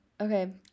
Okay